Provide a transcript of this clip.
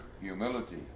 humility